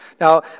Now